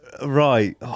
Right